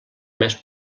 més